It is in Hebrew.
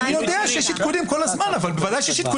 אני יודע שיש עדכונים כל הזמן כי הטכנולוגיה